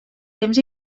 temps